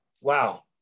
wow